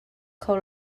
kho